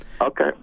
Okay